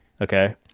okay